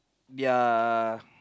their